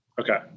Okay